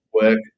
work